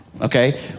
okay